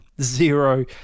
Zero